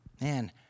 Man